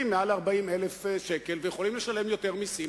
מעל 40,000 ש"ח ויכולים לשלם יותר מסים,